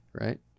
right